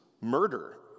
murder